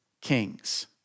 kings